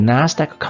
Nasdaq